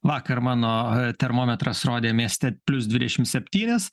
vakar mano termometras rodė mieste plius dvidešim septynis